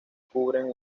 cubren